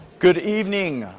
good evening,